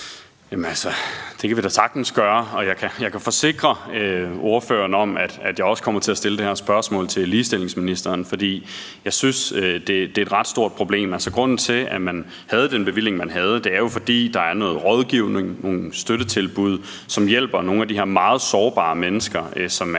Det kan vi da sagtens gøre, og jeg kan forsikre ordføreren om, at jeg også kommer til at stille det her spørgsmål til ligestillingsministeren, for jeg synes, det er et ret stort problem. Grunden til, at man havde den bevilling, man havde, er jo, at der er noget rådgivning og nogle støttetilbud, som hjælper nogle af de her meget sårbare mennesker, som er